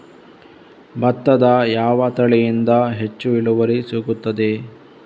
ಭತ್ತದ ಯಾವ ತಳಿಯಿಂದ ಹೆಚ್ಚು ಇಳುವರಿ ಸಿಗುತ್ತದೆ?